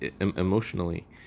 emotionally